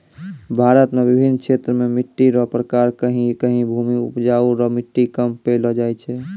भारत मे बिभिन्न क्षेत्र मे मट्टी रो प्रकार कहीं कहीं भूमि उपजाउ रो मट्टी कम पैलो जाय छै